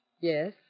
Yes